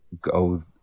go